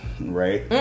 right